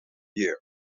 year